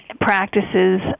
practices